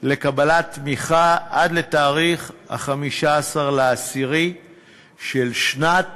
לקבלת תמיכה, עד לתאריך 15 באוקטובר של שנת